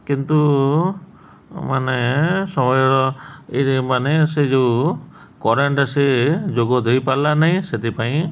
କିନ୍ତୁ ମାନେ ସମୟର ଏ ମାନେ ସେ ଯେଉଁ କରେଣ୍ଟ ସେ ଯୋଗ ଦେଇପାରିଲା ନାହିଁ ସେଥିପାଇଁ